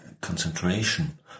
concentration